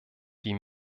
die